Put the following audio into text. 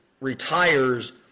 retires